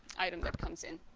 item that comes in.